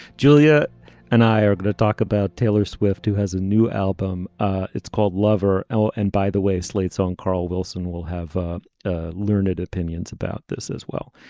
julia and i are going to talk about taylor swift who has a new album it's called lover ella. and by the way slate's own carl wilson will have ah ah learned opinions about this as well.